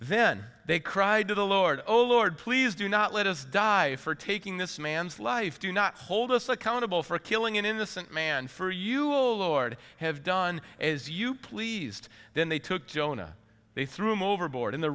then they cried to the lord oh lord please do not let us die for taking this man's life do not hold us accountable for killing an innocent man for you a lowered have done as you pleased then they took jonah they threw him overboard in the